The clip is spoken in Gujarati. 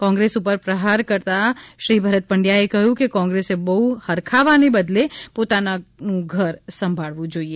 કોંગ્રેસ ઉપર પ્રહાર કરતા શ્રી ભરત પંડ્યાએ કહ્યું કે કોંગ્રેસે બફ ફરખાવાને બદલે પોતાનું ઘર સંભાળવું જોઈએ